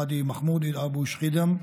פאדי מחמוד אבו שחידם,